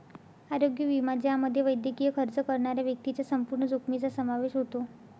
आरोग्य विमा ज्यामध्ये वैद्यकीय खर्च करणाऱ्या व्यक्तीच्या संपूर्ण जोखमीचा समावेश होतो